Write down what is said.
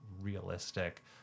realistic